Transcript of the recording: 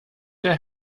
der